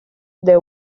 the